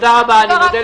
אני מבקש